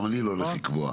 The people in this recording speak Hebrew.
גם אני לא הולך לקבוע,